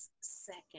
second